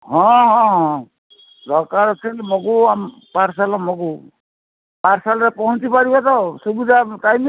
ହଁ ହଁ ହଁ ହଁ ଦରକାର ଅଛି ମଗଉ ପାର୍ସଲ ମଗଉ ପାର୍ସଲରେ ପହଞ୍ଚି ପାରିବ ତ ସୁବିଧା ଟାଇମ